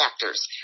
factors